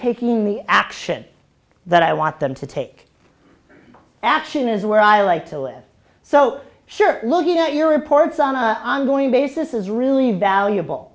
taking the action that i want them to take action is where i like to live so sure looking at your reports on a ongoing basis is really valuable